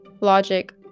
logic